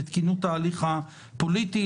בתקינות ההליך הפוליטי,